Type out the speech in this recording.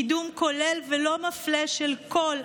קידום כולל ולא מפלה של כל,